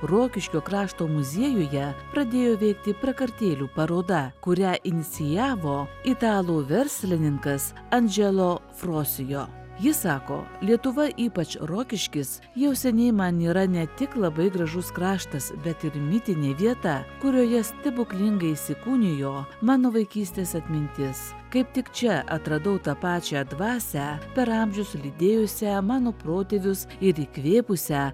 rokiškio krašto muziejuje pradėjo veikti prakartėlių paroda kurią inicijavo italų verslininkas andželo frosijo jis sako lietuva ypač rokiškis jau seniai man yra ne tik labai gražus kraštas bet ir mitinė vieta kurioje stebuklingai įsikūnijo mano vaikystės atmintis kaip tik čia atradau tą pačią dvasią per amžius lydėjusią mano protėvius ir įkvėpusią